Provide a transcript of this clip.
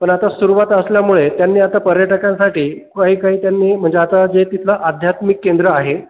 पण आता सुरुवात असल्यामुळे त्यांनी आता पर्यटकांसाठी काही काही त्यांनी म्हणजे आता जे तिथलं आध्यात्मिक केंद्र आहे